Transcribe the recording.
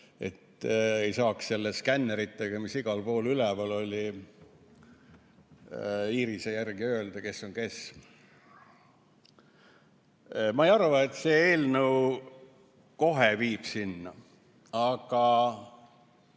et ei saaks nende skannerite abil, mis igal pool üleval olid, iirise järgi öelda, kes on kes. Ma ei arva, et see eelnõu kohe sinna viib, aga